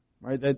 right